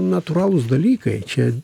natūralūs dalykai čia